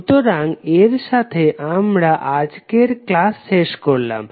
সুতরাং এরসাথে আমরা আজকের ক্লাস শেষ করলাম